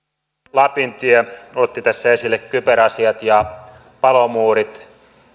lapintie otti tässä esille kyberasiat ja palomuurit